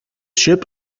ship